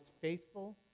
faithful